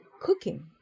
cooking